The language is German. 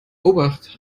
obacht